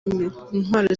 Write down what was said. intwaro